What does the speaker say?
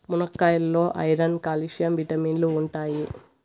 మునక్కాయాల్లో iron, calcium విటమిన్లు ఉంటాయి